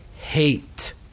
hate